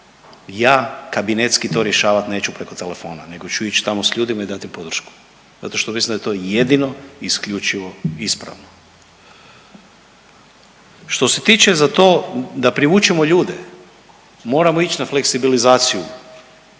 ja kabinetski to rješavat neću preko telefona nego ću ići tamo s ljudima i dati podršku zato što mislim da je to jedino i isključivo ispravno. Što se tiče za to da privučemo ljude moramo ići na fleksibilizaciju